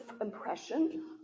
impression